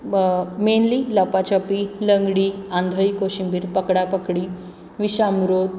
ब मेनली लपाछपी लंगडी आंधळी कोशिंबीर पकडापकडी विषामृत